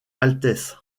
altesse